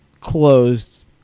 closed